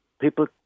people